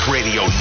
Radio